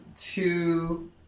two